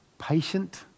Patient